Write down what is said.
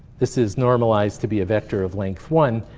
this is normalized to be a vector of length one.